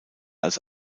als